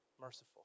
merciful